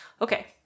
Okay